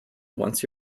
once